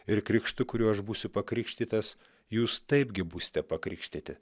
ir krikštu kuriuo aš būsiu pakrikštytas jūs taipgi būsite pakrikštyti